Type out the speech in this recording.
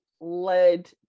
led